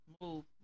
Move